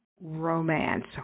romance